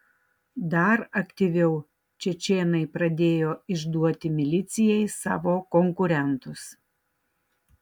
dar aktyviau čečėnai pradėjo išduoti milicijai savo konkurentus